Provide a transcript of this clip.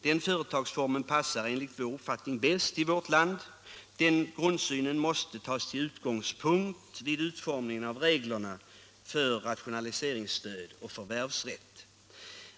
Den företagsformen passar enligt vår uppfattning bäst i vårt land, och den grundsynen måste tas till utgångspunkt vid utformningen av reglerna för rationaliseringsstöd och förvärvsrätt.